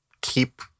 keep